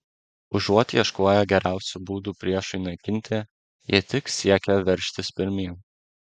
užuot ieškoję geriausių būdų priešui naikinti jie tik siekė veržtis pirmyn